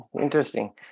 interesting